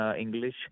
English